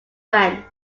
friend